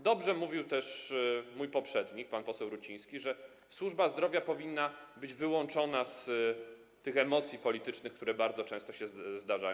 Dobrze mówił też mój poprzednik, pan poseł Ruciński, że służba zdrowia powinna być wyłączona z tych emocji politycznych, które bardzo często się zdarzają.